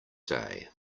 day